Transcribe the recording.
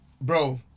Bro